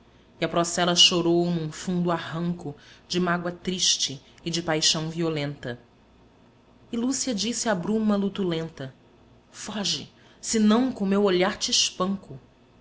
e a procela chorou num fundo arranco de mágoa triste e de paixão violenta e lúcia disse à bruma lutulenta foge senão coo o meu olhar te espanco